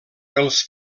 els